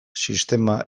sistema